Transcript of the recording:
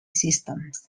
systems